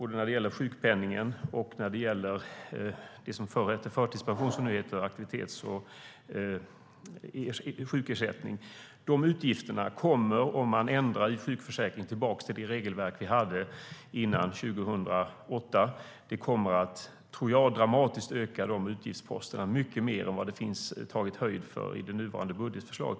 Det gäller sjukpenning och det som förr hette förtidspension, som nu heter aktivitets och sjukersättning. Om man ändrar i sjukförsäkringen och går tillbaka till det regelverk vi hade före 2008 tror jag att de utgiftsposterna kommer att öka dramatiskt, mycket mer än vad man har tagit höjd för i det nuvarande budgetförslaget.